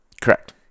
Correct